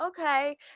okay